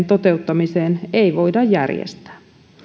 toteuttamiseen ei voida järjestää